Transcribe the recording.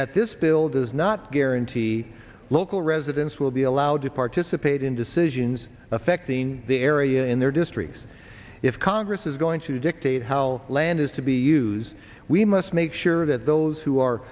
that this bill does not guarantee local residents will be allowed to participate in decisions affecting the area in their districts if congress is going to dictate how land is to be used we must make sure that those who are